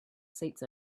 seats